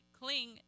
cling